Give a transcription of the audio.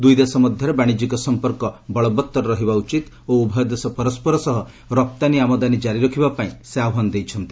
ଦୁଇ ଦେଶ ମଧ୍ୟରେ ବାଣିଜ୍ୟିକ ସମ୍ପର୍କ ବଳବତ୍ତର ରହିବା ଉଚିତ୍ ଓ ଉଭୟ ଦେଶ ପରସ୍କର ସହ ରପ୍ତାନୀ ଆମଦାନୀ କାରି ରଖିବା ପାଇଁ ସେ ଆହ୍ୱାନ ଦେଇଛନ୍ତି